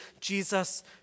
Jesus